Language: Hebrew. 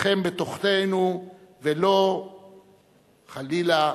ולא חלילה,